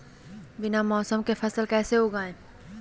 बिना मौसम के फसल कैसे उगाएं?